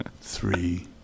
three